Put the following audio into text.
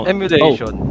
Emulation